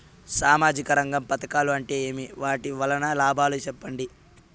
సామాజిక రంగం పథకాలు అంటే ఏమి? వాటి వలన లాభాలు సెప్పండి?